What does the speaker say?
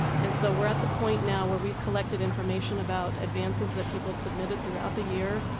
and so we're at the point now where we collected information about advances that people submitted throughout the year.